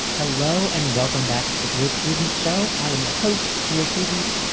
hello and welcome back to the dear prudence show. i am your host. dear prudence,